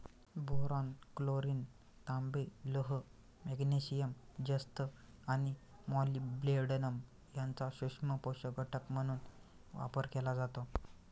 boron, chlorine, तांबे, लोह, magnesium, जस्त आणि मॉलिब्डेनम यांचा सूक्ष्म पोषक घटक म्हणून वापर केला जातो